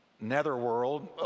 Netherworld